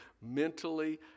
mentally